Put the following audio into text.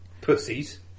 pussies